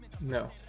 No